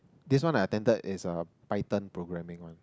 this one I attended is a Python programming one